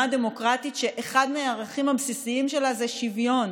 דמוקרטית שאחד מהערכים הבסיסיים שלה זה שוויון.